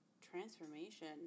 Transformation